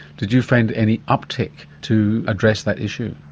did you find any uptake to address that issue?